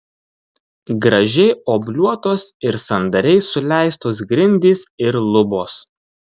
gražiai obliuotos ir sandariai suleistos grindys ir lubos